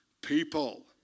people